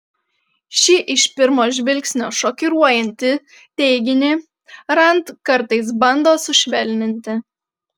šį iš pirmo žvilgsnio šokiruojantį teiginį rand kartais bando sušvelninti